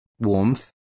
warmth